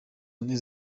neza